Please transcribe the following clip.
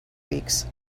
weeks